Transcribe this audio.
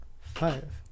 Five